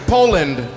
Poland